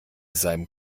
seinem